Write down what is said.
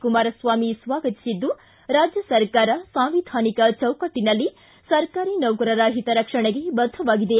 ಕುಮಾರಸ್ವಾಮಿ ಸ್ವಾಗತಿಸಿದ್ದು ರಾಜ್ಯ ಸರ್ಕಾರ ಸಾಂವಿಧಾನಿಕ ಚೌಕಟ್ಟನಲ್ಲಿ ಸರ್ಕಾರಿ ನೌಕರರ ಹಿತರಕ್ಷಣೆಗೆ ಬದ್ದವಾಗಿದೆ